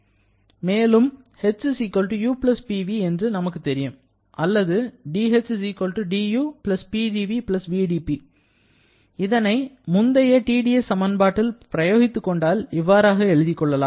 மேலும் h u Pv என்று நமக்குத் தெரியும் அல்லது dh du Pdv vdP இதனை முந்தைய TdS சமன்பாட்டில் பிரயோகித்து கொண்டால் இவ்வாறாக எழுதிக் கொள்ளலாம்